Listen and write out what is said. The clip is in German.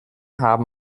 haben